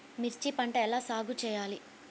మిర్చి పంట ఎలా సాగు చేయాలి?